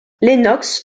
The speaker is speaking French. lennox